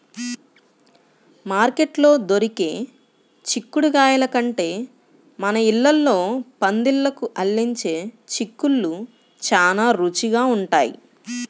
మార్కెట్లో దొరికే చిక్కుడుగాయల కంటే మన ఇళ్ళల్లో పందిళ్ళకు అల్లించే చిక్కుళ్ళు చానా రుచిగా ఉంటయ్